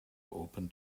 open